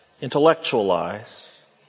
intellectualize